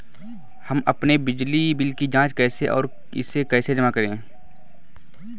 हम अपने बिजली बिल की जाँच कैसे और इसे कैसे जमा करें?